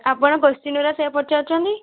ଆପଣ କୋଶ୍ଚିନ୍ଗୁରା ସେୟା ପଚାରୁଛନ୍ତି